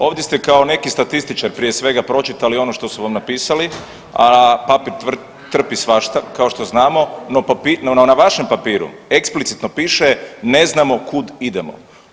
Ovdje ste kao neki statističar prije svega pročitali ono što su vam napisali, a papir trpi svašta kao što znamo, no na vašem papiru eksplicitno piše ne znamo kud idemo.